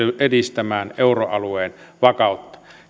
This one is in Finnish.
edistämään euroalueen vakautta